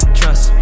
trust